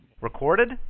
Recorded